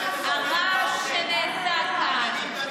הרעש שנעשה כאן,